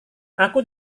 aku